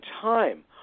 time